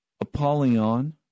Apollyon